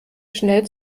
schnell